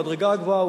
במדרגה הגבוהה,